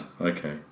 okay